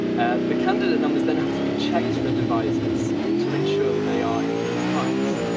the candidate numbers then have to be checked for divisors to ensure that they are indeed primes.